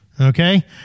Okay